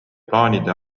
plaanide